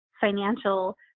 financial